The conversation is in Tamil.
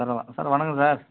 சார் ஆ சார் வணக்கம் சார்